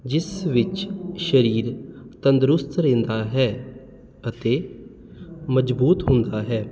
ਜਿਸ ਵਿੱਚ ਸਸਰੀਰ ਤੰਦਰੁਸਤ ਰਹਿੰਦਾ ਹੈ ਅਤੇ ਮਜ਼ਬੂਤ ਹੁੰਦਾ ਹੈ